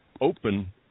open